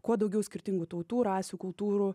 kuo daugiau skirtingų tautų rasių kultūrų